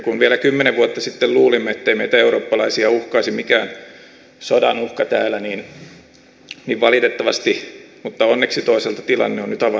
kun vielä kymmenen vuotta sitten luulimme ettei meitä eurooppalaisia uhkaisi mikään sodan uhka täällä niin valitettavasti mutta onneksi toisaalta tilanne on nyt avannut myös meidän silmämme